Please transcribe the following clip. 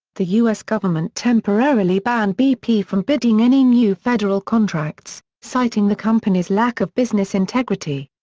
the u s. government temporarily banned bp from bidding any new federal contracts, citing the company's lack of business integrity.